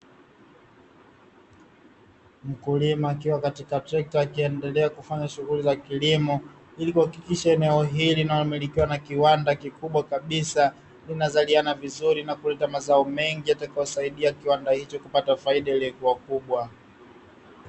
Mkulima akiwa katika trekta, akiendelea kufanya shughuli za kilimo, ili kuhakikisha eneo hili linalomilikiwa na kiwanda kikubwa kabisa, linazaliana vizuri na kuleta mazao mengi yatakayosaidia kiwanda hicho kupata faida iliyokuwa kubwa.